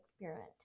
experiment